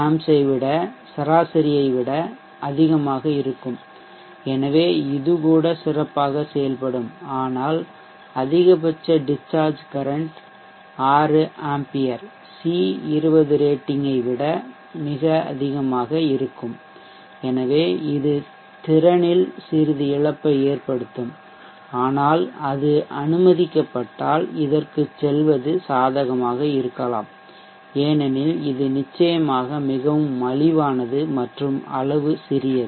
65 A சராசரியை விட அதிகமாக இருக்கும் எனவே இது கூட சிறப்பாக செயல்படும் ஆனால் அதிகபட்ச discharge current 6 A C 20 rating ஐ விடஅதிகமாக இருக்கும் எனவே இது திறனில் சிறிது இழப்பை ஏற்படுத்தும் ஆனால் அது அனுமதிக்கப்பட்டால் இதற்குச் செல்வது சாதகமாக இருக்கலாம் ஏனெனில் இது நிச்சயமாக மிகவும் மலிவானது மற்றும் அளவு சிறியது